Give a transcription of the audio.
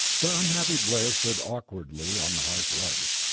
the unhappy blair stood awkwardly on the hearth rug.